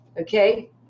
okay